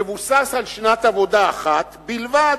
מבוסס על שנת עבודה אחת בלבד.